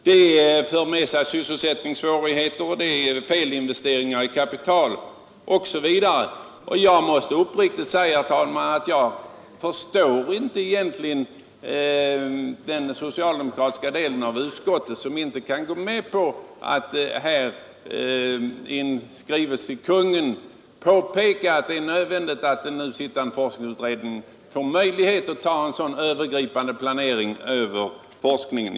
Det för med sig sysselsättningssvårigheter, felinvesteringar osv. Jag måste uppriktigt säga, herr talman, att jag egentligen inte förstår den socialdemokratiska delen av utskottet, som inte kan gå med på att i skrivelse till Kungl. Maj:t påpeka att det är nödvändigt att den nu sittande forskningsutredningen får möjlighet att ta en sådan övergripande planering av forskningen.